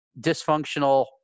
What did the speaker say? dysfunctional